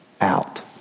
out